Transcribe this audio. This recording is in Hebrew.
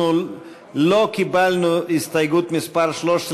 אנחנו לא קיבלנו את הסתייגות מס' 13,